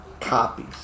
copies